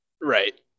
Right